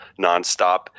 nonstop